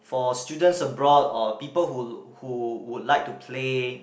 for students abroad or people who who would like to play